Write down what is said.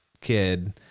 kid